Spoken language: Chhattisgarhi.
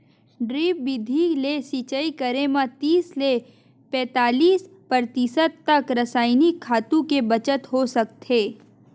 ड्रिप बिधि ले सिचई करे म तीस ले पैतालीस परतिसत तक रसइनिक खातू के बचत हो सकथे